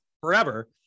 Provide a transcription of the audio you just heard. forever